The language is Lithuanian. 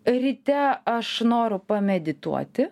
ryte aš noriu pamedituoti